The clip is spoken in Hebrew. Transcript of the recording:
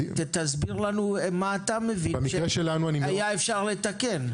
תסביר לנו מה אתה מבין שהיה אפשר לתקן.